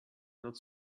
not